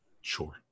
Sure